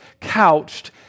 couched